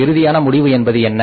இறுதி முடிவு என்பது என்ன